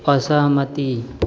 असहमति